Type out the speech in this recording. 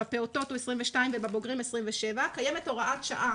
בפעוטות הוא 22 ובבוגרים 27. קיימת הוראת שעה